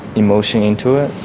emotion into it.